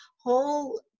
whole